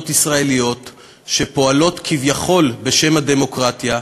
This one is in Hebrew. ישראליות שפועלות כביכול בשם הדמוקרטיה,